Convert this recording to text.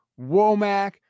Womack